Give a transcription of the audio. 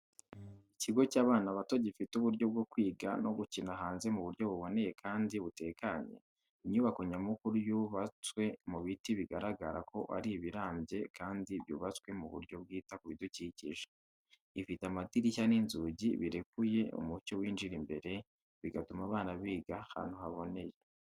Ikigo cy’abana bato gifite uburyo bwo kwiga no gukina hanze mu buryo buboneye kandi butekanye. Inyubako nyamukuru yubatwe mu biti bigaragara ko ari ibirambye kandi byubatswe mu buryo bwita ku bidukikije. Ifite amadirishya n’inzugi birekuye umucyo winjira imbere, bigatuma abana biga ahantu haboneye.